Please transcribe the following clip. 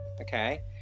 okay